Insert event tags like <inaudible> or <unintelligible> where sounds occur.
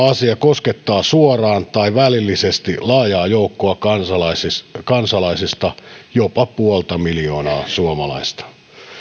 <unintelligible> asia koskettaa suoraan tai välillisesti laajaa joukkoa kansalaisista kansalaisista jopa puolta miljoonaa suomalaista